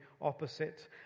opposite